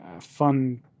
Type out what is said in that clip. fun